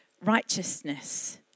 righteousness